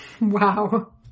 Wow